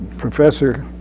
professor